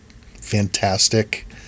fantastic